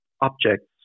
objects